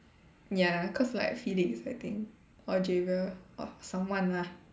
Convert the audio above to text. ya cause like Felix I think or Javier or someone lah